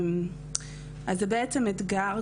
אז זה בעצם אתגר.